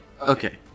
Okay